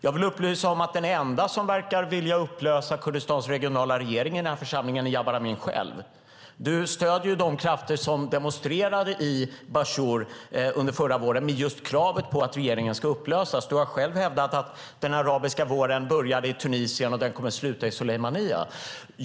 Jag vill upplysa om att den enda i den här församlingen som verkar vilja upplösa Kurdistans regionala regering är Jabar Amin själv. Du stöder ju de krafter som demonstrerade i Bashur under förra våren med just kravet på att regeringen ska upplösas. Du har själv hävdat att den arabiska våren började i Tunisien och att den kommer att sluta i Sulaymaniyah.